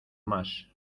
más